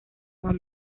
juan